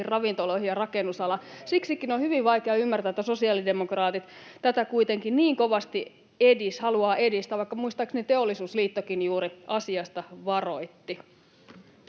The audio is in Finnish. ravintoloihin ja rakennusalaan. Siksikin on hyvin vaikea ymmärtää, että sosiaalidemokraatit tätä kuitenkin niin kovasti haluavat edistää, vaikka muistaakseni Teollisuusliittokin juuri asiasta varoitti.